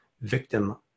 victim